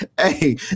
Hey